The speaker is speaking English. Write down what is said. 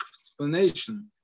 explanation